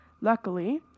Luckily